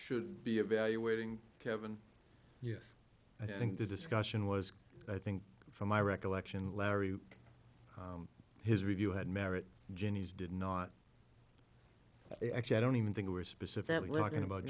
should be evaluating kevan yes i think the discussion was i think from my recollection larry his review had merit ginny's did not actually i don't even think were specifically talking about